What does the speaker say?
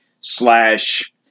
slash